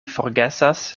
forgesas